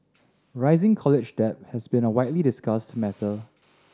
rising college debt has been a widely discussed matter